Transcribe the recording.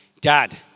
dad